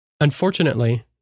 Unfortunately